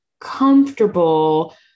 comfortable